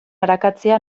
arakatzea